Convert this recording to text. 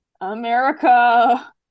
america